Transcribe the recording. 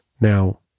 Now